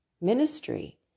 ministry